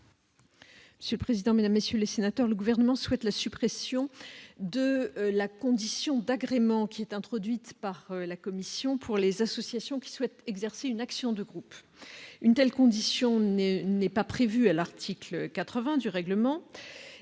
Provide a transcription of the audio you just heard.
garde des sceaux. Mesdames, messieurs les sénateurs, le Gouvernement souhaite la suppression de la condition d'agrément qu'a introduite la commission pour les associations souhaitant exercer une action de groupe. Une telle condition n'est pas prévue à l'article 80 du règlement,